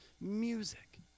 music